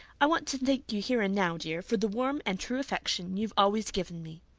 i want to thank you here and now, dear, for the warm and true affection you've always given me.